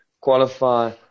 qualify